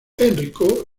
enrico